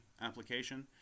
application